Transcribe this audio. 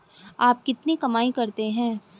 आप कितनी कमाई करते हैं?